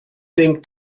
think